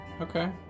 okay